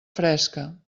fresca